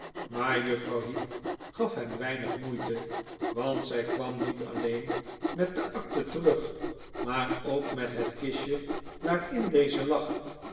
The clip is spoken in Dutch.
maar juffrouw heep gaf hem weinig moeite want zij kwam niet alleen met de akte terug maar ook met het kistje waarin deze lag